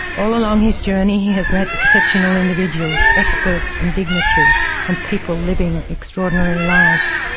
all along his journey, he has met exceptional individuals, experts and dignitaries, and people living extraordinary lives.